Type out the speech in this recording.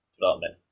development